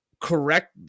correct –